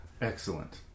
Excellent